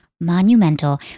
monumental